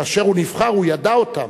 כאשר הוא נבחר הוא ידע אותם.